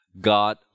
God